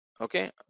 okay